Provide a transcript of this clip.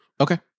Okay